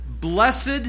blessed